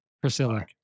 Priscilla